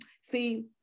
See